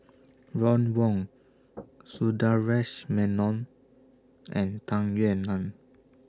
Ron Wong Sundaresh Menon and Tung Yue Nang